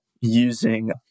using